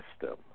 system